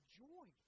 joy